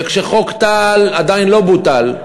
כשחוק טל עדיין לא בוטל,